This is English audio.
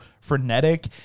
frenetic